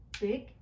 big